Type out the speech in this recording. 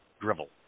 drivel